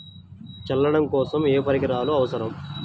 చల్లడం కోసం ఏ పరికరాలు అవసరం?